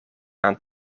aan